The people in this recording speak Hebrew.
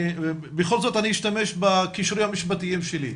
בכל זאת אני אשתמש בכישורים המשפטיים שלי.